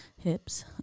hips